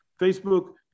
Facebook